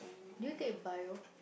did you take bio